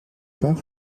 pas